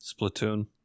Splatoon